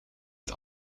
het